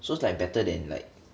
so it's like better than like